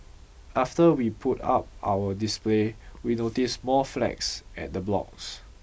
after we put up our display we noticed more flags at the blocks